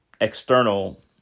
external